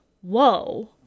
whoa